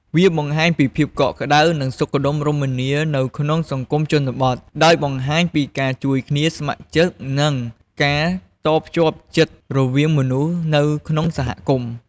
វាបង្ហាញពីភាពកក់ក្តៅ និងសុខដុមរមនានៅក្នុងសង្គមជនបទ ដោយបង្ហាញពីការជួយគ្នា ស្ម័គ្រចិត្ត និងនិងការតភ្ជាប់ចិត្តរវាងមនុស្សនៅក្នុងសហគមន៍។